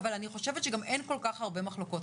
אבל אני חושבת שגם אין כל כך הרבה מחלוקות.